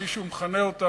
כפי שהוא מכנה אותם,